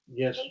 yes